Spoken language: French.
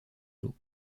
l’eau